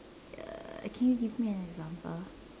uh can you give me an example